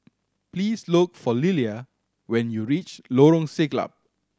please look for Lillia when you reach Lorong Siglap